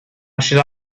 should